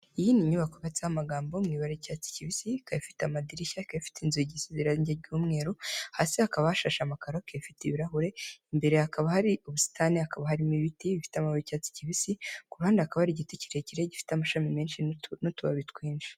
Iyi ni inyubako yubatseho amagambo mu ibari ry'icyatsi kibisi, ikaba ifite amadirishya, ikaba ifite inzugi zisize irange ry'umweru, hasi hakaba hashashe amakaro, ikaba ifite ibirahure, imbere hakaba hari ubusitani hakaba hari n'ibiti bifite amabara y'icyatsi kibisi, ku ruhande hakaba hari igiti kirekire gifite amashami menshi n'utubabi twinshi.